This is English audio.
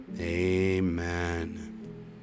amen